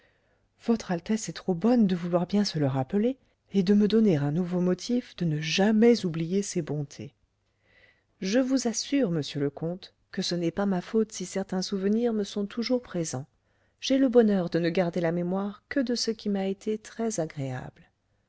votre altesse est trop bonne de vouloir bien se le rappeler et de me donner un nouveau motif de ne jamais oublier ses bontés je vous assure monsieur le comte que ce n'est pas ma faute si certains souvenirs me sont toujours présents j'ai le bonheur de ne garder la mémoire que de ce qui m'a été